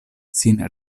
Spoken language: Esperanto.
sin